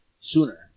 sooner